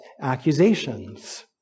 accusations